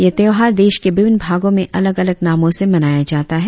यह त्यौहार देश के विभिन्न भागों में अलग अलग नामों से मनाया जाता है